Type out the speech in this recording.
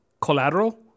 Collateral